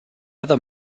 other